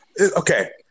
Okay